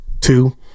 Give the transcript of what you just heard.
Two